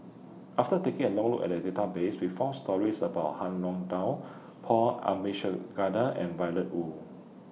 after taking A Long Look At The Database We found stories about Han Paul Abisheganaden and Violet Oon